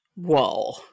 Whoa